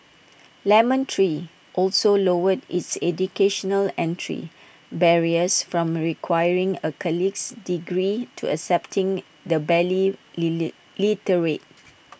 lemon tree also lowered its educational entry barriers from requiring A colleges degree to accepting the barely lily literate